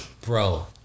bro